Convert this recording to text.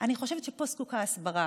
אני חושבת שפה זקוקים להסברה.